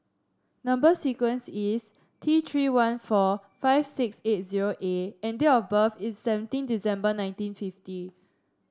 number sequence is T Three one four five six eight zero A and date of birth is seventeen December nineteen fifty